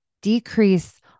decrease